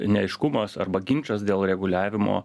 neaiškumas arba ginčas dėl reguliavimo